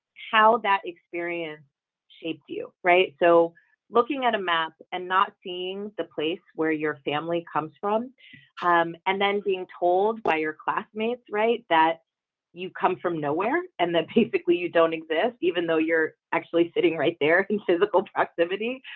how that experience shaped you right so looking at a map and not seeing the place where your family comes from um and then being told by your classmates right that you come from nowhere and then basically you don't exist even though you're actually sitting right there in physical proximity